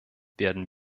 werden